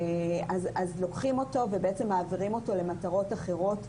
אז לוקחים אותו ומעבירים למטרות אחרות.